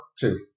Two